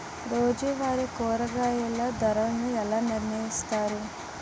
రోజువారి కూరగాయల ధరలను ఎలా నిర్ణయిస్తారు?